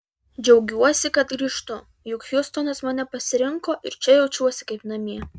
džiaugiuosi kad grįžtu juk hjustonas mane pasirinko ir čia jaučiuosi kaip namie